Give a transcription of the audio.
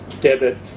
debit